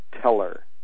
Teller